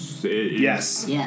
Yes